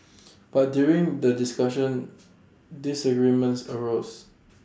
but during the discussions disagreements arose